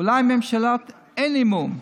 אולי ממשלת אין אמון,